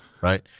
right